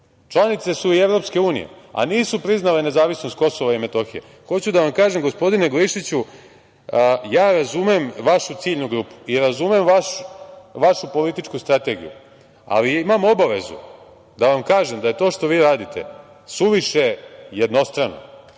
Članice su i EU, a nisu priznale nezavisnost KiM. Hoću da vam kažem, gospodine Glišiću, ja razumem vašu ciljnu grupu i razumem vašu političku strategiju, ali imam obavezu da vam kažem da je to što vi radite suviše jednostrano.